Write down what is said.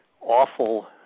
awful